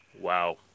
wow